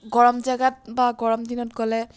গৰম জেগাত বা গৰমদিনত গ'লে